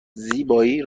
زیبایی